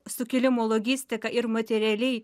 sukilimo logistika ir materialiai